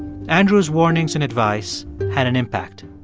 andrew's warnings and advice had an impact.